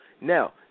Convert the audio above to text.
now